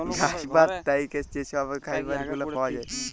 গাহাচ পাত থ্যাইকে যে ছব ফাইবার গুলা পাউয়া যায়